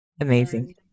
Amazing